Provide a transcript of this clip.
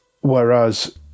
Whereas